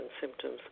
symptoms